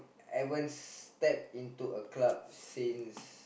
haven't step into a club since